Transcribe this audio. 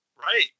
right